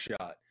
shot